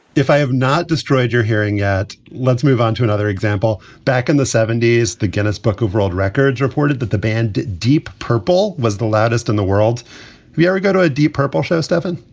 if i have not destroyed your hearing yet, let's move on to another example. back in the seventy s, the guinness book of world records reported that the band deep purple was the loudest in the world we we go to a deep purple show, stefan,